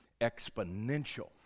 exponential